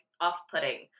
off-putting